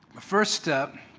the first step,